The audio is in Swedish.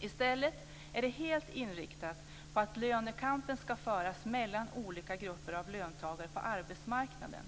I stället är det helt inriktat på att lönekampen ska föras mellan olika grupper av löntagare på arbetsmarknaden.